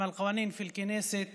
החוקים בכנסת